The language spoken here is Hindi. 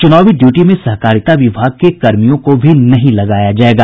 चुनावी ड्यूटी में सहकारिता विभाग के कर्मियों को भी नहीं लगाया जायेगा